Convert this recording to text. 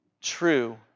true